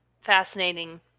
fascinating